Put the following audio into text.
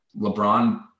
LeBron